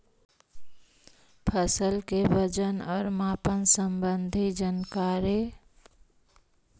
फसल के वजन और मापन संबंधी जनकारी?